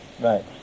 Right